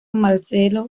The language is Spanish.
marcelo